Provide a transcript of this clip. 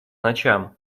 ночам